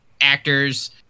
actors